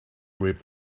read